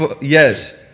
yes